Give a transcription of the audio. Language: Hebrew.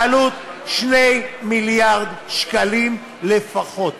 והעלות 2 מיליארד שקלים לפחות.